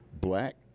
Black